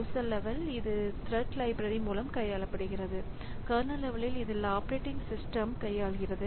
user level இது thread library மூலம் கையாளப்படுகிறது கர்னல் லெவலில் இதை ஆப்பரேட்டிங் சிஸ்டம் கையாள்கிறது